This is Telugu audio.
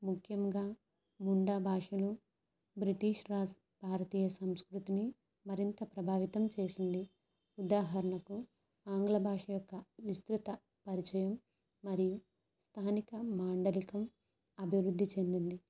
ముఖ్యంగా ముండా భాషను బ్రిటిష్ భారతీయ సంస్కృతిని మరింత ప్రభావితం చేసింది ఉదాహరణకు ఆంగ్లభాష యొక్క విస్తృత పరిచయం మరియు స్థానిక మాండలికం అభివృద్ధి చెందింది